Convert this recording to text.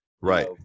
Right